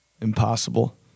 Impossible